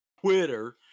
twitter